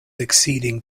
exceeding